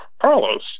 Carlos